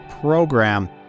program